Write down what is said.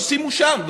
שימו שם,